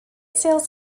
sales